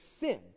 sin